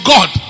God